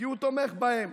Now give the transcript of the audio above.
כי הוא תומך בהם,